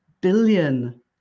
billion